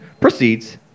proceeds